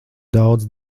daudz